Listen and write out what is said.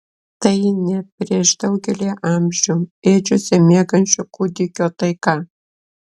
tai ne prieš daugelį amžių ėdžiose miegančio kūdikio taika